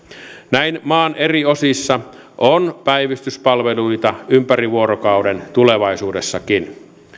näin maan eri osissa on päivystyspalveluita ympäri vuorokauden tulevaisuudessakin